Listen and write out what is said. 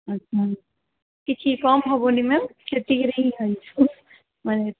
ଆଚ୍ଛା କିଛି କମ୍ ହେବନି ମ୍ୟାମ୍ ସେତିକି ମାନେ